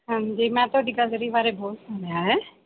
ਹਾਂਜੀ ਮੈਂ ਤੁਹਾਡੀ ਗੈਲਰੀ ਬਾਰੇ ਬਹੁਤ ਸੁਣਿਆ ਹੈ